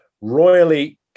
royally